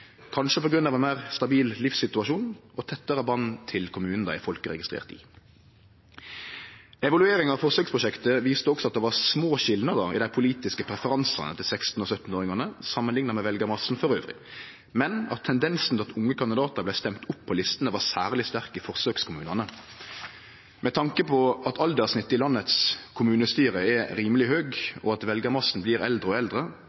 kanskje på grunn av ein meir stabil livssituasjon og tettare band til kommunen dei er folkeregistrerte i. Evalueringa av forsøksprosjektet viste også at det var små skilnader i dei politiske preferansane til 16- og 17-åringane samanlikna med veljarmassen elles, men at tendensen til at unge kandidatar vart stemde opp på listene, var særleg sterk i forsøkskommunane. Med tanke på at alderssnittet i kommunestyra i landet vårt er rimeleg høgt, og at veljarmassen blir eldre og eldre,